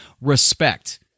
respect